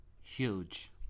Huge